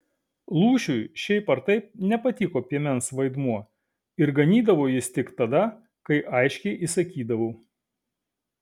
lūšiui šiaip ar taip nepatiko piemens vaidmuo ir ganydavo jis tik tada kai aiškiai įsakydavau